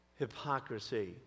hypocrisy